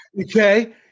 Okay